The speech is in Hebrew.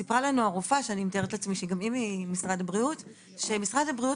ספרה לנו הרופאה ממשרד הבריאות שמשרד הבריאות